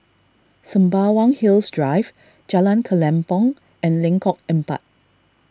Sembawang Hills Drive Jalan Kelempong and Lengkok Empat